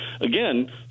Again